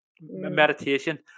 meditation